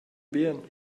bien